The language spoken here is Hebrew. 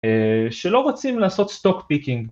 שלא רוצים לעשות סטוק פיקינג